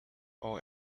all